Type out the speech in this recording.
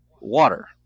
water